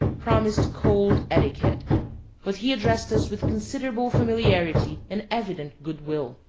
promised cold etiquette but he addressed us with considerable familiarity and evident good-will.